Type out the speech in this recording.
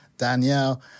Danielle